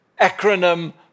acronym